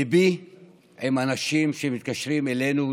ליבי עם אנשים שמתקשרים אלינו,